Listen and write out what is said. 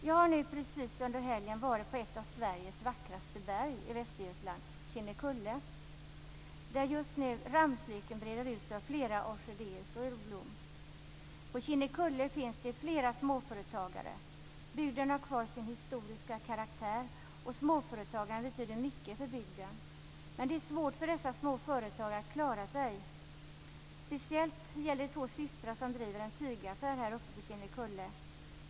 Jag har nu under helgen varit i Västergötland på ett av Sveriges vackraste berg, nämligen Kinnekulle. Där breder just nu ramslöken ut sig, och flera orkidéer står i blom. På Kinnekulle finns flera småföretagare. Bygden har kvar sin historiska karaktär, och småföretagarna betyder mycket för bygden. Men det är svårt för dessa små företag att klara sig. Det gäller speciellt två systrar som driver en tygaffär uppe på Kinnekulle.